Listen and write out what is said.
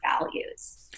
values